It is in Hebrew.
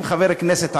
אם חבר כנסת ערבי,